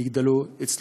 יגדלו אצלו.